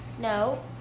No